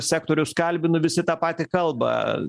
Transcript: sektorius kalbinu visi tą patį kalba